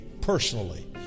personally